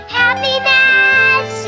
happiness